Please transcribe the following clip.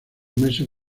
meses